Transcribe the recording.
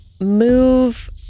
move